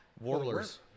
Warblers